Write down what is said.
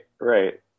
right